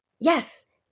Yes